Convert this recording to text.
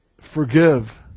forgive